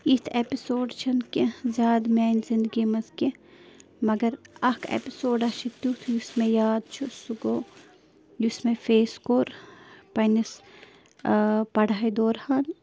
یِتھ اٮ۪پِسوڈ چھِنہٕ کیٚنٛہہ زیادٕ میٛانہِ زِندگی منٛز کیٚنٛہہ مگر اَکھ اٮ۪پِسوڈہ چھِ تیُتھ یُس مےٚ یاد چھُ سُہ گوٚو یُس مےٚ فیس کوٚر پنٛنِس پڑھاے دوران